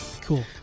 Cool